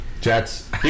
Jets